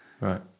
right